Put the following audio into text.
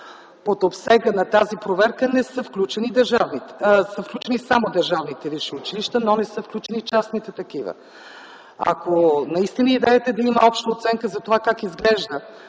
под обсега на тази проверка, са включени само държавните висши училища, но не са включени частните такива. Ако наистина идеята е да има обща оценка за това как изглежда